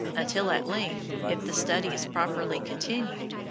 until at length, if the study is properly continued,